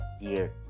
year